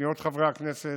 פניות חברי הכנסת,